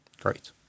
Great